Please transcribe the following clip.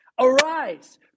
Arise